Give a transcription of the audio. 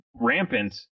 rampant